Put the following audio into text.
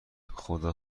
خدا